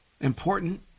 Important